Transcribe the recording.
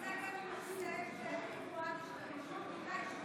יובל סגל מוסר שאמילי מואטי,